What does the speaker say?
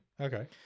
Okay